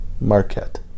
Marquette